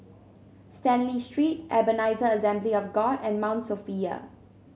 Stanley Street Ebenezer Assembly of God and Mount Sophia